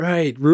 Right